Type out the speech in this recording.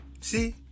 See